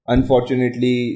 Unfortunately